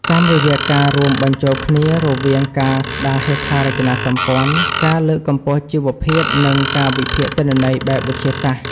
តាមរយៈការរួមបញ្ចូលគ្នារវាងការស្តារហេដ្ឋារចនាសម្ព័ន្ធ ការលើកកម្ពស់ជីវភាព និងការវិភាគទិន្នន័យបែបវិទ្យាសាស្ត្រ។